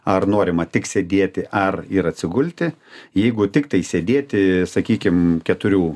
ar norima tik sėdėti ar ir atsigulti jeigu tiktai sėdėti sakykim keturių